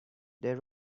they